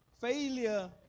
Failure